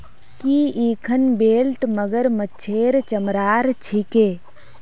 की इखन बेल्ट मगरमच्छेर चमरार छिके